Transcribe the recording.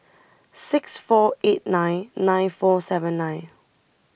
six four eight nine nine four seven nine